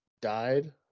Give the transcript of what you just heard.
died